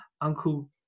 Uncle